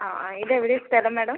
ആ ആ ഇത് എവിടെയാണ് സ്ഥലം മേഡം